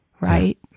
Right